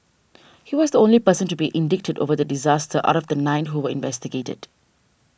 he was the only person to be indicted over the disaster out of the nine who were investigated